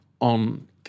on